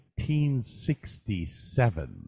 1967